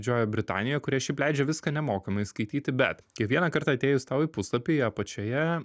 didžiojoje britanijoje kurie šiaip leidžia viską nemokamai skaityti bet kiekvieną kartą atėjus tau į puslapį apačioje